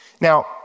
Now